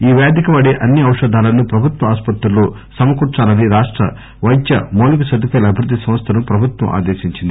ఈ వ్యాధికి వాడే అన్ని ఔషధాలను ప్రభుత్వ ఆసుపత్రుల్లో సమకూర్సాలని రాష్ట వైద్యమౌలిక సదుపాయాల అభివృద్ధి సంస్థను ప్రభుత్వం ఆదేశించింది